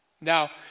Now